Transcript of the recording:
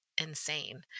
insane